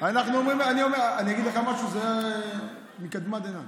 אני אגיד לך משהו, זה מקדמת דנא.